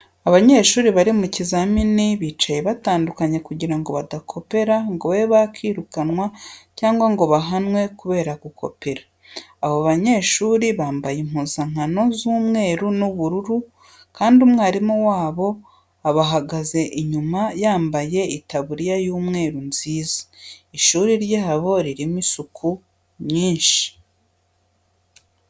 Abanyeshuri bari mu kizamini bicaye batandukanye kugira badakopera ngo babe bakirukanwa cyangwa ngo bahanwe kubera gukopera. Abo banyeshuri bambaye impuzankano z'umweru n'ubururu kandi mwarimu wabo ubahagaze inyuma yambaye itaburiya y'umweru nziza. Ishuri ryabo ririmo isuku nyinshi.